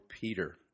Peter